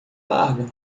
larga